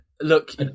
Look